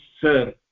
sir